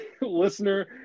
listener